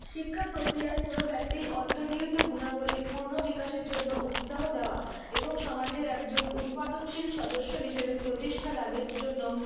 শিক্ষা প্রক্রিয়ায় কোনো ব্যক্তির অন্তর্নিহিত গুণাবলীর পূর্ণ বিকাশের জন্য উৎসাহ দেওয়া এবং সমাজের একজন উৎপাদনশীল সদস্য হিসেবে প্রতিষ্ঠা লাভের জন্য